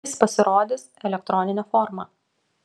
jis pasirodys elektronine forma